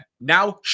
Now